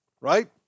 right